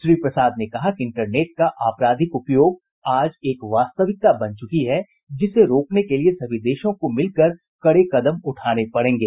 श्री प्रसाद ने कहा कि इंटरनेट का आपराधिक उपयोग आज एक वास्तविकता बन चुकी है जिसे रोकने के लिए सभी देशों को मिलकर कड़े कदम उठाने पड़ेंगे